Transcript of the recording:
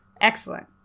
Excellent